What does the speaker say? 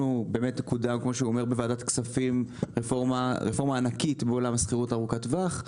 קודמה בוועדת הכספים רפורמה ענקית בעולם שכירות ארוכת טווח.